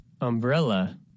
Umbrella